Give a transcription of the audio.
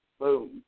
Boom